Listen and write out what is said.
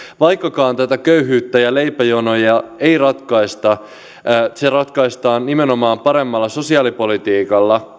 vaikkakaan tätä köyhyyttä ja leipäjonoja ei ratkaista tällä hävikkikeskustelulla se ratkaistaan nimenomaan paremmalla sosiaalipolitiikalla